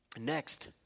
Next